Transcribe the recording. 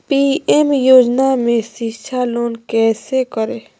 PM योजना में शिक्षा लोन कैसे करें?